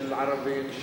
של ערבים,